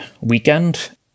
weekend